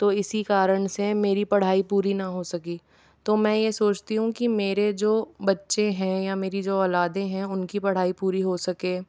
तो इसी कारण से मेरी पढ़ाई पूरी ना हो सकी तो मैं यह सोचती हूँ कि मेरे जो बच्चे हैं या मेरी जो औलादे हैं उनकी पढ़ाई पूरी हो सके